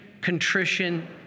contrition